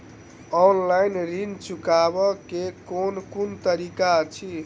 Offline ऋण चुकाबै केँ केँ कुन तरीका अछि?